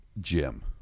Jim